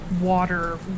water